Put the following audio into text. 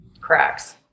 cracks